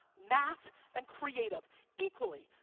math and creative equally,